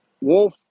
Wolf